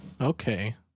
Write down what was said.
Okay